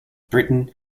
britain